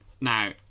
now